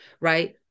Right